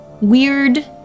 weird